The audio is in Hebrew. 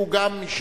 שהוא גם מש"ס.